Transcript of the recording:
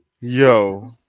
yo